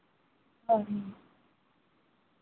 ᱦᱳᱭ